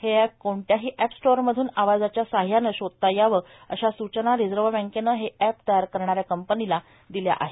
हे अॅप कोणत्याही app store मधून आवाजाच्या सहाय्यानं शोधता यावं अशा सूचना रिझर्व बँकेनं हे अॅप तयार करणा या कंपनीला दिल्या आहेत